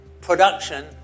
production